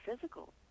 physical